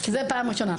זה פעם ראשונה.